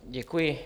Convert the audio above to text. Děkuji.